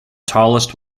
tallest